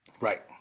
Right